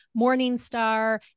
Morningstar